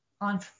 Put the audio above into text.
on